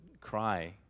cry